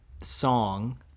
song